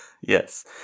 Yes